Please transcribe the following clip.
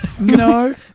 No